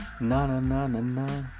na-na-na-na-na